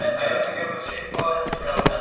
i used to give him a shape-up you know ah